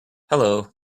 hello